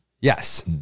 yes